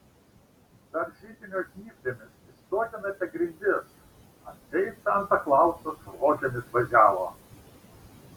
dar židinio žnyplėmis išsuodinate grindis atseit santa klausas rogėmis važiavo